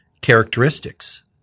characteristics